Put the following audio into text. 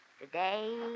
Today